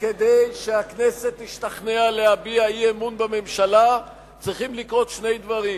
כדי שהכנסת תשתכנע להביע אי-אמון בממשלה צריכים לקרות שני דברים: